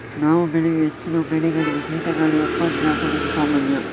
ನಾವು ಬೆಳೆಯುವ ಹೆಚ್ಚಿನ ಬೆಳೆಗಳಿಗೆ ಕೀಟಗಳು ಉಪದ್ರ ಕೊಡುದು ಸಾಮಾನ್ಯ